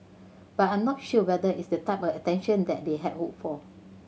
but I'm not sure whether it's the type of attention that they had hoped for